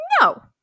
No